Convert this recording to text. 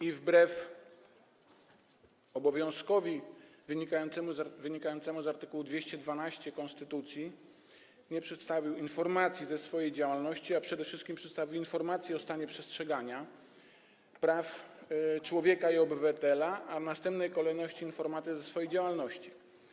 i wbrew obowiązkowi wynikającemu z art. 212 konstytucji nie przedstawił informacji o swojej działalności, a przede wszystkim przedstawił informację o stanie przestrzegania praw człowieka i obywatela, a w następnej kolejności informację o swojej działalności.